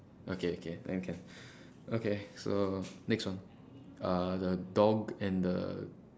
okay okay then can okay so next one uh the dog and the